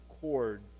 cord